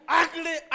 ugly